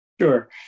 Sure